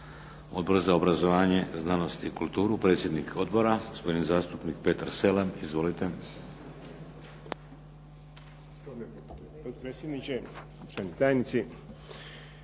Odbor za obrazovanje, znanost i kulturu, predsjednik odbora gospodin zastupnik Petar Selem. Izvolite.